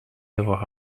d’avoir